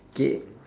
K